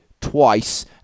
twice